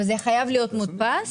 וזה חייב להיות מודפס?